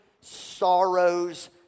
sorrows